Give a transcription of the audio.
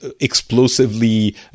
explosively